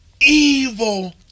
evil